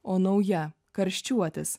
o nauja karščiuotis